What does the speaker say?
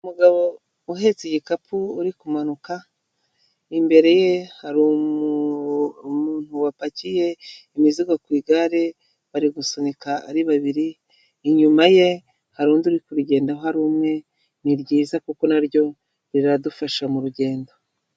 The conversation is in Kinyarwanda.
Umugabo uhetse igikapu, uri kumanuka, imbere ye hari umuntu wapakiye imizigo ku igare, bari gusunika ari babiri, inyuma ye, hari undi urigendoho ari umwe ni ryiza kuko naryo, riradufasha mu rugendo.